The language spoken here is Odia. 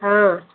ହଁ